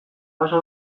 jaso